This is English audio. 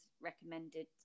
recommended